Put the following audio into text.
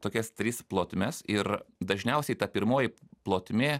tokias tris plotmes ir dažniausiai ta pirmoji plotmė